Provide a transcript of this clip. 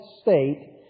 state